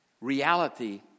reality